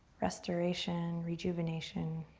restoration, rejuvenation.